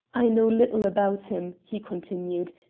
i know little about him, he continued,